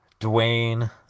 Dwayne